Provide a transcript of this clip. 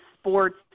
sports